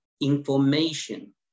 information